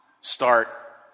start